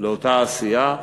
לאותה עשייה,